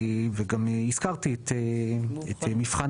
וגם הזכרתי את מבחן